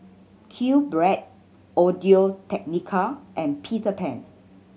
Q Bread Audio Technica and Peter Pan